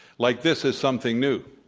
like this is something new.